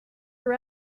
your